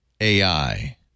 AI